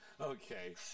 Okay